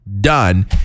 done